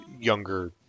younger